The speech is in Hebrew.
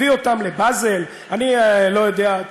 הביא אותם לבאזל אני לא יודע,